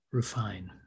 refine